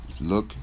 look